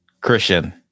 Christian